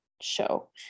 show